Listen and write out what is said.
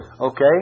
Okay